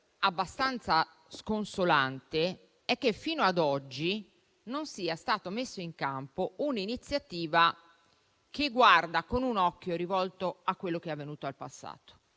abbastanza sconsolante che fino ad oggi non sia stata messa in campo un'iniziativa che agisca con un occhio rivolto a ciò che è avvenuto nel passato.